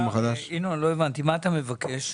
הבנתי, מה אתה מבקש?